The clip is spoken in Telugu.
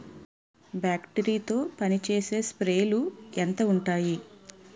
బ్యాటరీ తో పనిచేసే స్ప్రేలు ఎంత ఉంటాయి?